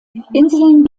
inseln